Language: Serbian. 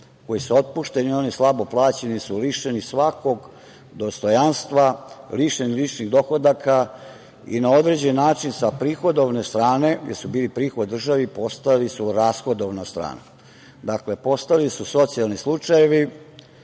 koji su otpušteni ili oni slabo plaćeni su lišeni svakog dostojanstva, lišeni ličnih dohodaka, i na određeni način sa prihodovne strane, gde su bili prihod državi, postali su rashodovna strana. Dakle, postali su socijalni slučajevi